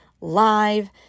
live